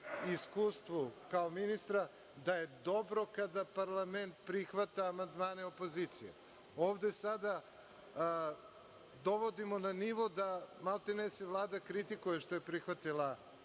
iskustvu kao ministra, da je dobro kada parlament prihvata amandmane opozicije. Ovde sada dovodimo na nivo da maltene se Vlada kritikuje što je prihvatila